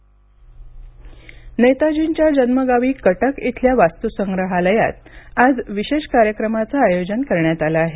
नेताजी कटक नेताजींच्या जन्मगावी कटक इथल्या वस्तुसंग्रहालयात आज विशेष कार्यक्रमाचं आयोजन करण्यात आलं आहे